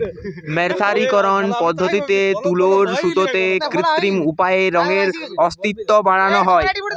মের্সারিকরন পদ্ধতিতে তুলোর সুতোতে কৃত্রিম উপায়ে রঙের আসক্তি বাড়ানা হয়